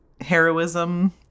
heroism